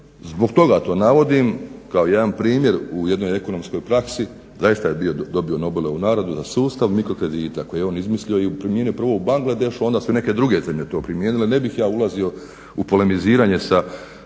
zbog toga to navodim kao jedan primjer u jednoj ekonomskoj praksi. Zaista je dobio Nobelovu nagradu za sustav mirko kredita i primijenio prvo u Bangladešu, a onda su neke druge zemlje to primijenile. Ne bih ja ulazio u polemiziranje sa